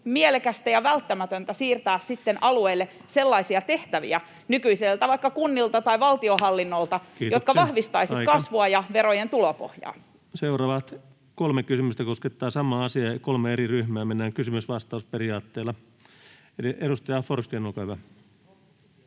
mielekästä ja välttämätöntä siirtää sitten alueille vaikka nykyisiltä kunnilta tai valtionhallinnolta sellaisia tehtäviä, [Puhemies huomauttaa ajasta] jotka vahvistaisivat kasvua ja verojen tulopohjaa. Seuraavat kolme kysymystä koskettavat samaa asiaa, ja on kolme eri ryhmää. Mennään kysymys—vastaus-periaatteella. — Edustaja Forsgrén, olkaa hyvä.